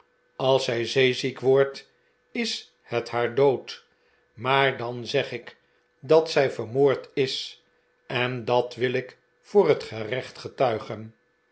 als zij zeeziek wordt is het haar dood maar dan zeg ik dat zij vermoord is en dat wil ik voor het gerecht getuigen